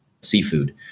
seafood